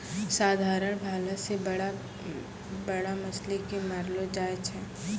साधारण भाला से बड़ा बड़ा मछली के मारलो जाय छै